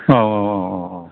औ औ औ औ